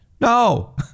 no